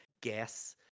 guess